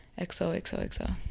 XOXOXO